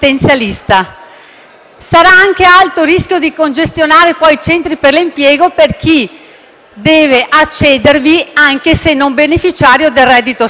Sarà anche alto il rischio di congestionare i centri per l'impiego per chi deve accedervi anche se non beneficiario del reddito stesso.